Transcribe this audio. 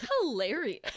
hilarious